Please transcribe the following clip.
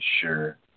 sure